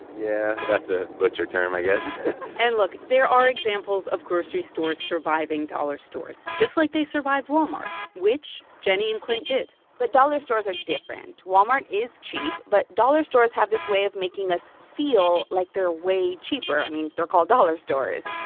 yeah. that's a butcher term, i guess and, look there are examples of grocery stores surviving dollar stores, just like they survived walmart, which jenny and clint did but dollar stores are different. walmart is cheap, but dollar stores have this way of making us feel like they're way cheaper. i mean, they're called dollar stores.